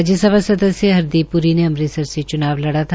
राज्य सभा सदस्य हरदीप प्री ने अमृतसर से च्नाव लड़ा था